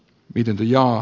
pitempi ja